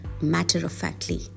matter-of-factly